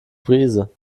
brise